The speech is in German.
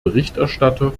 berichterstatter